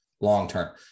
long-term